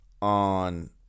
on